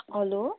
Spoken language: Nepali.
हेलो